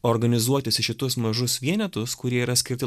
organizuotis į šituos mažus vienetus kurie yra skirti